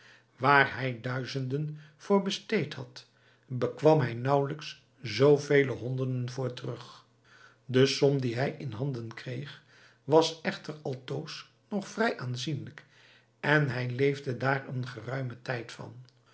waar hij duizenden voor besteed had bekwam hij naauwelijks zoovele honderden voor terug de som die hij in handen kreeg was echter altoos nog vrij aanzienlijk en hij leefde daar eenen geruimen tijd van